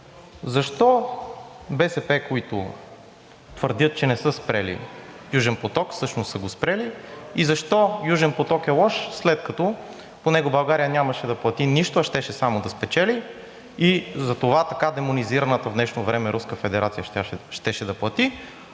защо БСП, които твърдят, че не са спрели Южен поток, всъщност са го спрели и защо Южен поток е лош, след като по него България нямаше да плати нищо, а щеше само да спечели и затова така демонизираната в днешно време Руска федерация